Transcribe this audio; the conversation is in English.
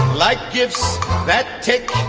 like gifts that tick,